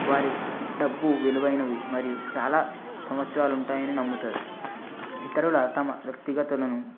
వారి డబ్బు విలువైనవి మరియు చాలా సంవత్సరాలు ఉంటాయి అని నమ్ముతారు ఇతరుల తమ వ్యక్తిగతలను